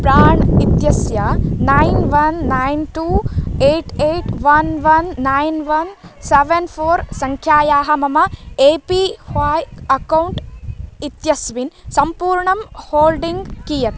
प्राण् इत्यस्य nine one nine two eight eight one one nine one seven four सङ्ख्यायाः मम A P Y account इत्यस्मिन् सम्पूर्णं holding कियत्